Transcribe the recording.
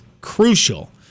crucial